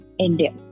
India